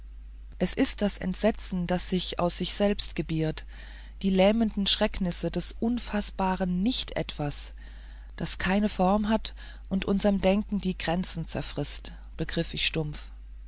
es ist das entsetzen das sich aus sich selbst gebiert die lähmende schrecknis des unfaßbaren nicht etwas das keine form hat und unserm denken die grenzen zerfrißt begriff ich dumpf